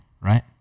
right